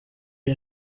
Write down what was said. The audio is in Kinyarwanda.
iyi